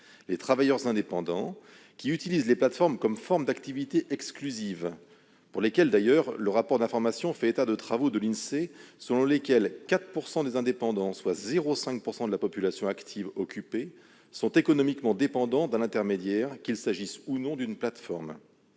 les travailleurs indépendants qui recourent aux plateformes comme forme d'activité exclusive- le rapport d'information fait état de travaux de l'Insee selon lesquelles 4 % des indépendants, soit 0,5 % de la population active occupée, sont économiquement dépendants d'un intermédiaire, qu'il s'agisse ou non d'une plateforme